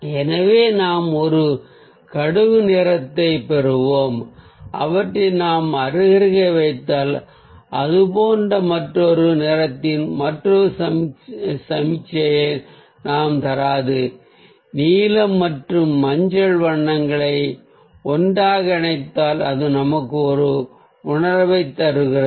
எனவே நாம் ஒரு கடுகு நிறத்தை பெறுவோம் அவற்றை நாம் அருகருகே வைத்தால் அது போன்ற மற்றொரு நிறத்தின் மற்றொரு சமிக்ஞையை நமக்குத் தராது நீலம் மற்றும் மஞ்சள் வண்ணங்களை ஒன்றாக இணைத்தால் அது நமக்கு ஒரு பச்சை உணர்வைத் தருகிறது